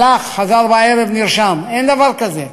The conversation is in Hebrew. הלך, חזר בערב, נרשם, אין דבר כזה.